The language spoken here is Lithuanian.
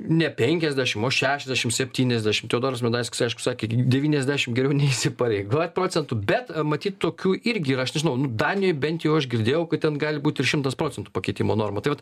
ne penkiasdešimt o šešiasdešimt septyniasdešimt teodoras medalskis sakė gi devyniasdešimt geriau neįsipareigot procentų bet matyt tokių irgi ir aš nežinau nu danijoj bent jau aš girdėjau kad ten gali būti ir šimtas procentų pakeitimo norma tai vat